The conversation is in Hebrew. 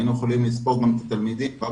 היינו יכולים לספור גם את התלמידים רק